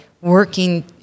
working